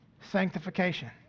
sanctification